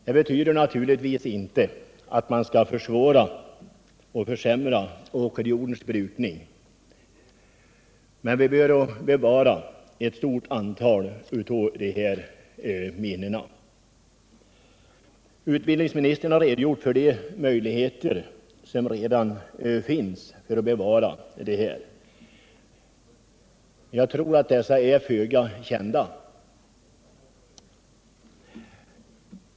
Det betyder naturligtvis inte att man skall försvåra åkerjordens brukning. Men vi bör bevara ett stort antal av dessa minnesmärken. Utbildningsministern har redogjort för de möjligheter som finns att bevara dem. Jag tror att dessa är föga kända.